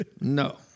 No